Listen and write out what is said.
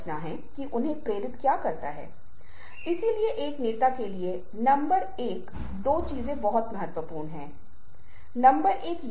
Japan में इसका अर्थ धन हो सकता है और भारत में इसका अर्थ सराहना हो सकता है